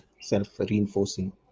self-reinforcing